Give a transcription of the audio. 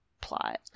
plot